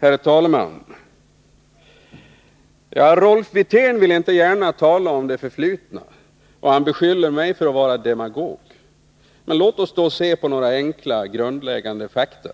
Herr talman! Rolf Wirtén vill inte gärna tala om det förflutna, och han beskyller mig för att vara demagog. Låt oss då se på några enkla grundläggande fakta.